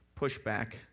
pushback